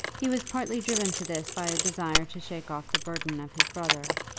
he was partly driven to this by a desire to shake off the burden of his brother.